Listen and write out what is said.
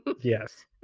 Yes